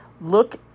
Look